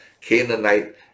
Canaanite